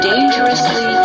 dangerously